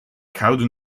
gouden